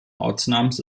ortsnamens